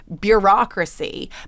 bureaucracy